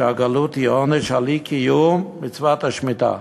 שהגלות היא עונש על אי-קיום מצוות השמיטה,